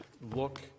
look